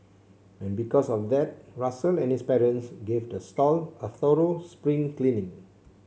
and because of that Russell and his parents gave the stall a thorough spring cleaning